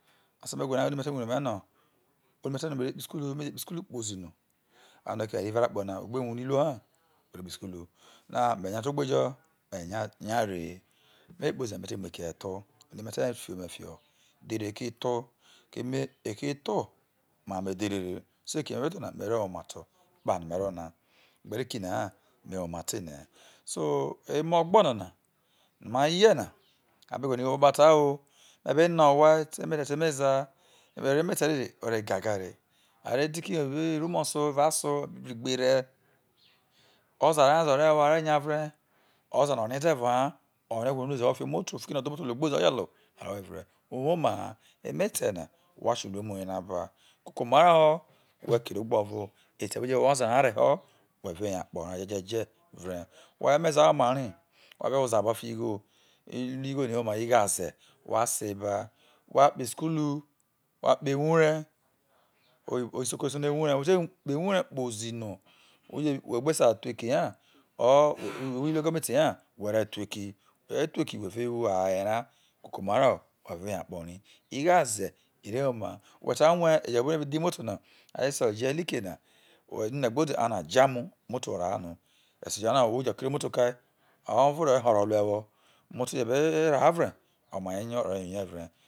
ose me̱ gbe oni me te ware ome no, oni ta no me re kpo isukulu me kpo isukulu kpozi no, a ke eware ire ro akpo na whe gbe wune iruo ha were kpo isu kulu, wha me nya te egbe go me nya nya rehe me kpozi na me te mu o eki etha oni me te fio me fio edhere eki tho keme eki tho emamo edhere. So eki na no me be tho na me ro woma to ekpano me ro na, ogbero eki na ha me wo ma te ene he so emo ogbo na no ma ye na a be gwolo ekpare kpata who, me be ne owhai te emete te emeza. Ero emete dede ero gaga aro irumoso evao aso bru igbere oza nya ze ore woi are nya vre, oza no orie ediro ha, orie egwo no ono ze na owoi fi o omoto fiki no odhe omoto logbo ze oje lo ore woi vre uwoma na emete na wa se iluemu ye na ba, koko oma ra ho whe keria egbe oro ete whe je nue oza ra reho whe re yo akpo ra jeje je vre, whe emeza oma ri wa be woze abo fio igho, igho no iwoma ha igho aze wha se bakpo isukulu wha kpo ewure, oyibo owho isoko resei no ewure, no̱ whe te kpo ewure kpozi no we gbe ta thuo eki ha or wo iluo ego mati ha were tho eki, whe je aye ra wa aro aye ra we re yo akpo ri. Igho aze ire woma ha, whe sai rue ejo buobu no a be dhe imoto na no a re se glk na nine gbe ode an a jamo imoto rahe no esejo ha ano owho jo keria imoto kai oyo oro oro horo luo ewo omoto je̱ be raha vre oyo ma ye ore nya oye ire.